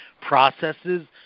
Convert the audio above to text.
processes